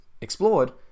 explored